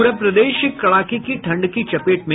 पूरा प्रदेश कड़ाके की ठंड की चपेट में